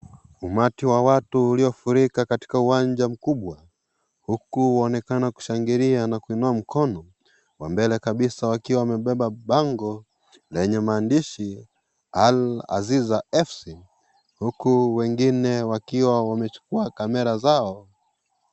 Umati wa watu uliofurika katika uwanja mkubwa huku wanaonekana kushangilia na kuinua mikono. Wa mbele kabisa akiwa amebeba bango lenye maandishi Al Aziza Fc huku wengine wakiwa wamechukua kamera zao.